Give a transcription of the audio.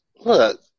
Look